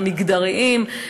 המגדריים.